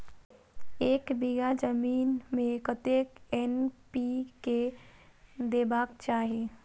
एक बिघा जमीन में कतेक एन.पी.के देबाक चाही?